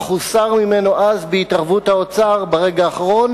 אך הוסר ממנו אז בהתערבות האוצר ברגע האחרון.